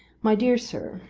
my dear sir,